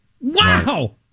Wow